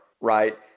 Right